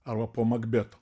arba po makbeto